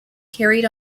carried